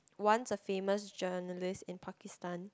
once a famous journalist in Pakistan